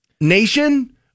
nation